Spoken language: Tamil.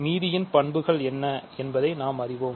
மீதியின் பண்புகள் என்ன என்பதை நாம் அறிவோம்